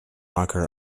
rocker